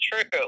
true